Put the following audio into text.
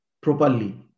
properly